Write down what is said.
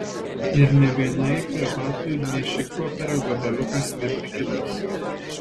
ir nė vienai prie batų nė šikpopierio gabaliukas neprikibęs